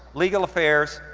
legal affairs,